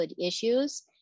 issues